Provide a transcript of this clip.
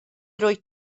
wyt